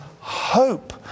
hope